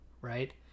right